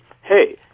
hey